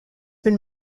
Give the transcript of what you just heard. been